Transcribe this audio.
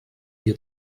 dir